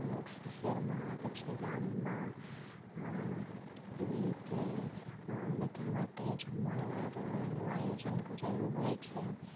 અમુક શહેરમાં પછી ગામમાં એવી રીતે બધા માટે જમણવારનું આયોજન કરેલું હોય છે